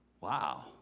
wow